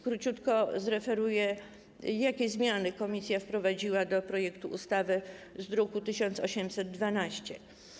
Króciutko zreferuję, jakie zmiany komisja wprowadziła do projektu ustawy z druku nr 1812.